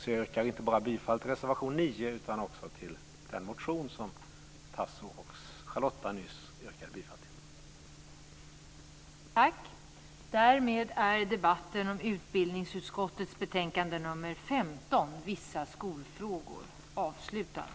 Jag yrkar inte bara bifall till reservation nr 9, utan också till den motion som Tasso Stafilidis och Charlotta L Bjälkebring nyss yrkade bifall till.